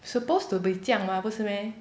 supposed to be 这样 mah 不是 meh